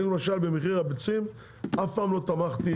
אני למשל במחיר הביצים אף פעם לא תמכתי